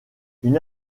une